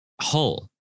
Hull